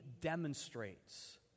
demonstrates